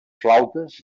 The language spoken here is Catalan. flautes